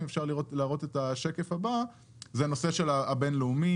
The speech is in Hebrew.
זה הנושא הבין-לאומי.